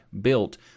built